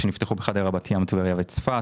שנפתחו בחדרה, בת ים, טבריה וצפת.